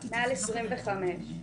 מעל 25 .